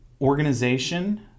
organization